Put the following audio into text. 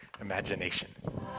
imagination